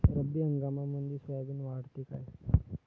रब्बी हंगामामंदी सोयाबीन वाढते काय?